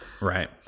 right